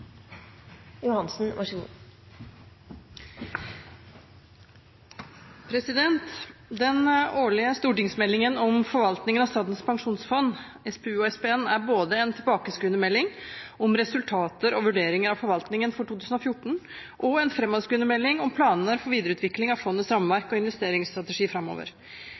både en tilbakeskuende melding om resultater og vurderinger av forvaltningen for 2014 og en fremadskuende melding om planene for videreutvikling av fondets rammeverk og investeringsstrategi framover.